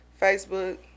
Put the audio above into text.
Facebook